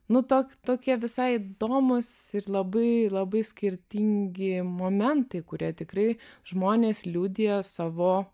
nu tok tokie visai įdomus ir labai labai skirtingi momentai kurie tikrai žmonės liudija savo